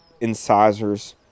incisors